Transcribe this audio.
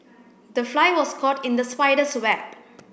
the fly was caught in the spider's web